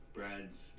Brad's